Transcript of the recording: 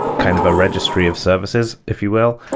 kind of a registry of services, if you will.